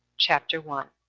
chapter one.